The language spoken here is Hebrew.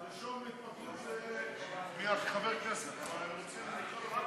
רגע, חבר כנסת, התשובה,